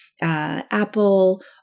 Apple